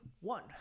one